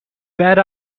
bet